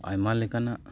ᱟᱭᱢᱟ ᱞᱮᱠᱟᱱᱟᱜ